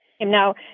Now